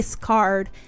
card